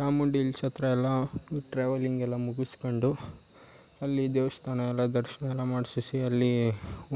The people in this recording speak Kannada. ಚಾಮುಂಡಿ ಇಲ್ಸ್ ಹತ್ರ ಎಲ್ಲ ಟ್ರಾವೆಲಿಂಗ್ ಎಲ್ಲ ಮುಗಿಸ್ಕೊಂಡು ಅಲ್ಲಿ ದೇವಸ್ಥಾನ ಎಲ್ಲ ದರ್ಶನ ಎಲ್ಲ ಮಾಡ್ಸಿಸಿ ಅಲ್ಲಿ